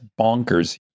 bonkers